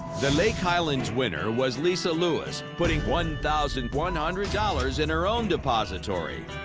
the lake highlands winner was lesa lewis, putting one thousand one hundred dollars in her own depository.